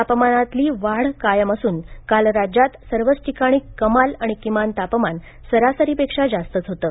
तापमानातली वाढ कायम असून काल राज्यात सर्वच ठिकाणी कमाल आणि किमान तापमान सरासरीपेक्षा जास्तच होतं